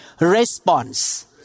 Response